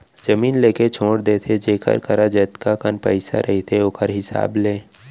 जमीन लेके छोड़ देथे जेखर करा जतका कन पइसा रहिथे ओखर हिसाब ले